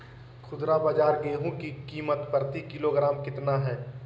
खुदरा बाजार गेंहू की कीमत प्रति किलोग्राम कितना है?